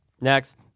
Next